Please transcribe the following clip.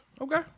Okay